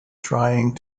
trying